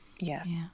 Yes